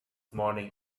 morning